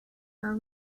are